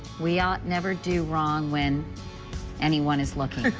we ought never do wrong when anyone is looking.